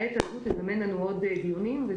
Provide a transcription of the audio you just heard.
העת הזו תזמן לנו עוד דיונים.